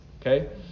okay